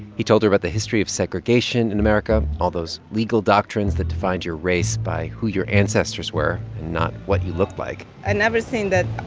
he told her about the history of segregation in america, all those legal doctrines that defined your race by who your ancestors were and not what you look like i've never seen that